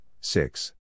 six